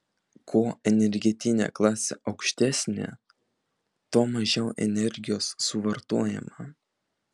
kuo energetinė klasė aukštesnė tuo mažiau energijos suvartojama